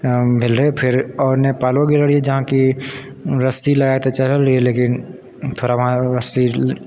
भेल रहै फेर आओर नेपालो गेल रहिए जहाँकि रस्सी लगाकऽ चढ़ल रहिए लेकिन थोड़ा वहाँ रस्सी